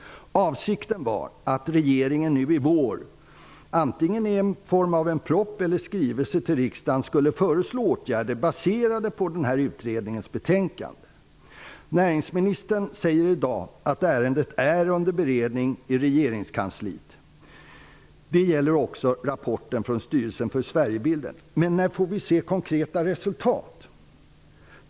Avsikten är att regeringen nu i vår i form av antingen en proposition eller en skrivelse till riksdagen skall föreslå åtgärder baserade på denna utrednings betänkande. Näringsministern säger i dag att ärendet är under beredning i regeringskansliet. Det gäller också rapporten från Styrelsen för Sverigebilden. Men när får vi se konkreta resultat?